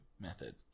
method